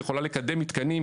היא יכולה לקדם מתקנים,